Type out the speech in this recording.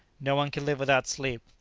no one can live without sleep.